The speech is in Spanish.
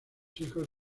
hijos